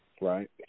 Right